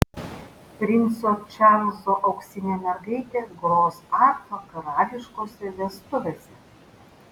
princo čarlzo auksinė mergaitė gros arfa karališkose vestuvėse